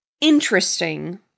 interesting